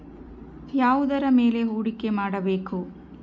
ಯಾವುದರ ಮೇಲೆ ಹೂಡಿಕೆ ಮಾಡಬೇಕು?